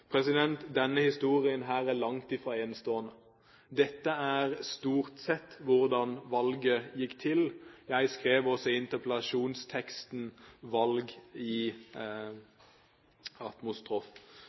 Denne historien er langt fra enestående. Dette er stort sett hvordan valget gikk til. Jeg skrev også i interpellasjonsteksten valg i